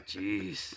jeez